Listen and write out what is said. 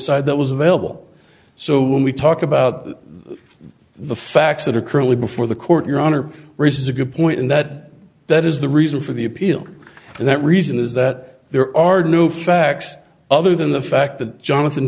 side that was available so when we talked about the facts that are currently before the court your honor raises a good point in that that is the reason for the appeal and that reason is that there are new facts other than the fact that jonathan